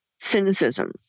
cynicism